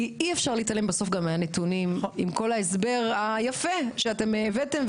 כי בסוף, עם כל ההסבר היפה שהבאתם.